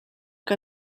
que